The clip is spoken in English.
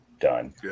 done